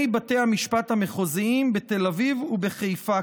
בתי המשפט המחוזיים בתל אביב ובחיפה,